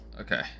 Okay